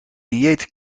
dieet